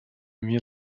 mir